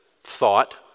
thought